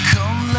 Come